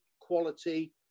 quality